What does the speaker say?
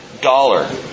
dollar